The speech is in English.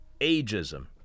Ageism